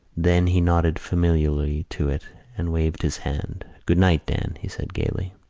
then he nodded familiarly to it and waved his hand. good-night, dan, he said gaily.